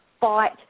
fight